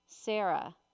Sarah